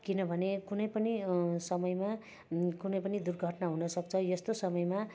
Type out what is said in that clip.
किनभने कुनै पनि समयमा कुनै पनि दुर्घटना हुनसक्छ यस्तो समयमा